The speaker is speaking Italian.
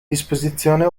disposizione